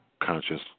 conscious